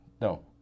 No